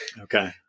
Okay